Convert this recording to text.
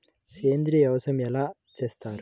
సేంద్రీయ వ్యవసాయం ఎలా చేస్తారు?